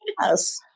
yes